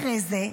אחרי זה,